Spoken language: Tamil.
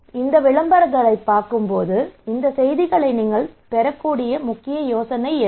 இப்போது இந்த விளம்பரங்களைப் பார்க்கும்போது இந்த செய்திகளை நீங்கள் பெறக்கூடிய முக்கிய யோசனை என்ன